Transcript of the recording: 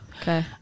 okay